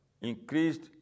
increased